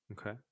Okay